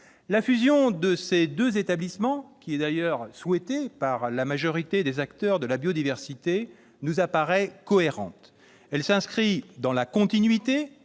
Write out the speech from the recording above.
La fusion de ces deux établissements, qui est d'ailleurs souhaitée par la majorité des acteurs de la biodiversité, nous apparaît cohérente. Elle s'inscrit dans la continuité